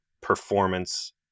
performance